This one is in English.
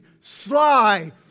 sly